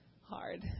hard